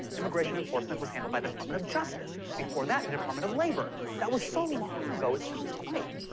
immigration enforcement was handled by the department of justice. before that, the department of labor. that was so long ago, it sounds quaint.